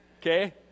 Okay